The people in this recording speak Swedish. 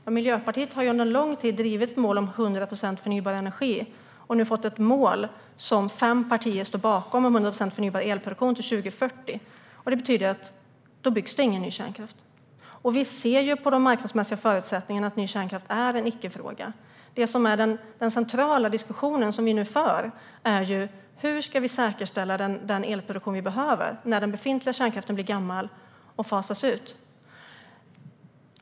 Fru talman! Miljöpartiet har under en lång tid drivit målet om 100 procent förnybar energi och nu fått ett mål som fem partier står bakom om 100 procent förnybar elproduktion till 2040. Detta betyder att det inte byggs någon ny kärnkraft. Vi ser ju på de marknadsmässiga förutsättningarna att ny kärnkraft är en icke-fråga. Den centrala diskussion som vi nu för handlar om hur vi ska säkerställa den elproduktion vi behöver när den befintliga kärnkraften blir gammal och fasas ut.